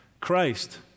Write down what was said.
Christ